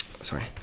sorry